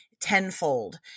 tenfold